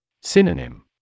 Synonym